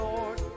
Lord